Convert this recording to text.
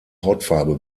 hautfarbe